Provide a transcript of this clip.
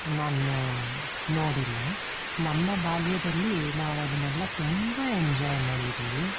ನಾನು ನೋಡಿಲ್ಲ ನಮ್ಮ ಬಾಲ್ಯದಲ್ಲಿ ನಾವು ಅದನ್ನೆಲ್ಲ ತುಂಬ ಎಂಜಾಯ್ ಮಾಡಿದ್ದೀವಿ